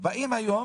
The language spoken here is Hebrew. באים היום